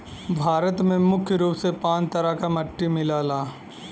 भारत में मुख्य रूप से पांच तरह क मट्टी मिलला